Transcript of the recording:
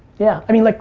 yeah, i mean, like